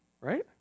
right